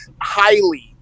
highly